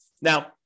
Now